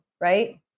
right